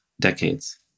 decades